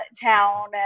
town